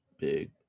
big